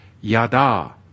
yada